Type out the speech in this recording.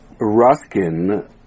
Ruskin